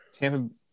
Tampa